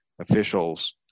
officials